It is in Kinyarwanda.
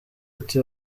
ati